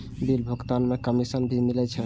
Bill भुगतान में commission भी मिले छै?